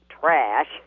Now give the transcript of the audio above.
trash